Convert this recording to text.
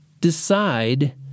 decide